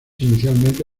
inicialmente